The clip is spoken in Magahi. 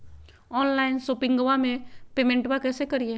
ऑनलाइन शोपिंगबा में पेमेंटबा कैसे करिए?